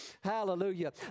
Hallelujah